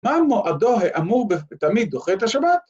‫מה מועדו האמור תמיד דוחה את השבת?